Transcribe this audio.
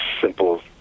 simple